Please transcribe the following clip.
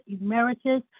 emeritus